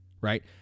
right